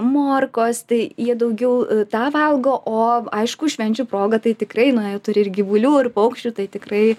morkos tai jie daugiau tą valgo o aišku švenčių proga tai tikrai na turi ir gyvulių ir paukščių tai tikrai